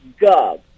gov